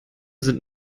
sind